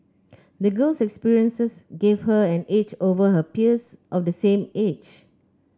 the girl's experiences gave her an edge over her peers of the same age